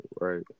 right